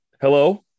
Hello